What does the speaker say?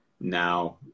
now